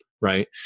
Right